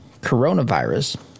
coronavirus